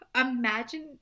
imagine